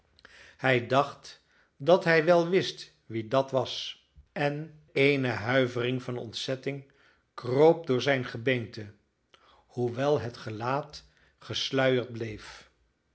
hij dacht dat hij wel wist wie dat was en eene huivering van ontzetting kroop door zijn gebeente hoewel het gelaat gesluierd bleef